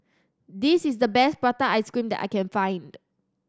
this is the best prata ice cream that I can find